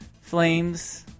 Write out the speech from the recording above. Flames